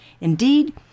Indeed